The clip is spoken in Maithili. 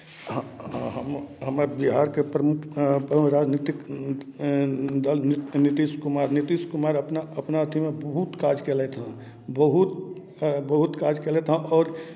ह हम हम हमरा बिहारके प्रमुख प्रमुख राजनीतिक दलमे नीति नीतीश कुमार नीतीश कुमार अपना अपना अथिमे बहुत काज कयलथि हँ बहुत बहुत काज कयलथि हँ आओर